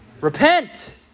Repent